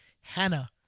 Hannah